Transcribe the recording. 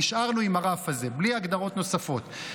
נשארנו עם הרף הזה בלי הגדרות נוספות,